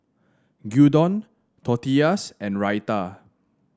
Gyudon Tortillas and Raita